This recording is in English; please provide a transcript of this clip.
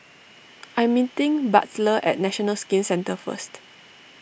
I'm meeting Butler at National Skin Centre first